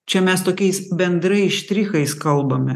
čia mes tokiais bendrais štrichais kalbame